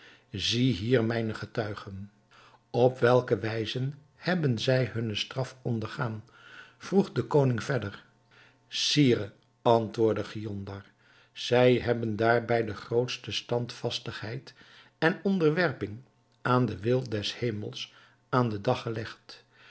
zie hier mijne getuigen op welke wijze hebben zij hunnen straf ondergaan vroeg de koning verder sire antwoordde giondar zij hebben daarbij de grootste standvastigheid en onderwerping aan den wil des hemels aan den dag gelegd